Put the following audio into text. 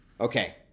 Okay